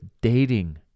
dating